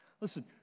Listen